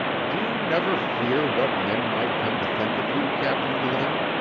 do you never fear what men might come to think of you, captain glynn,